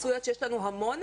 התפרצויות שיש לנו המון,